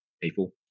people